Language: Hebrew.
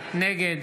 נגד